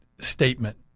statement